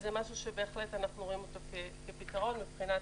זה משהו שאנחנו רואים כפתרון מבחינת